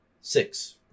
six